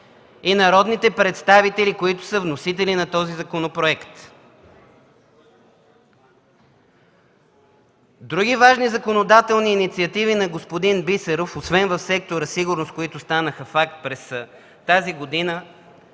и народните представители – вносители на същия. Други важни законодателни инициативи на господин Бисеров, освен в сектора „Сигурност”, които станаха факт през тази година,